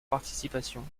participation